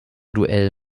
duell